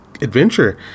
Adventure